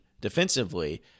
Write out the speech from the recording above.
defensively